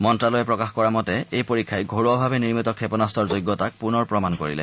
মন্তালয়ে প্ৰকাশ কৰা মতে এই পৰীক্ষাই ঘৰুৱাভাৱে নিৰ্মিত ক্ষেপণাস্ত্ৰৰ যোগ্যতাক পুনৰ প্ৰমাণ কৰিলে